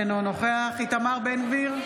אינו נוכח איתמר בן גביר,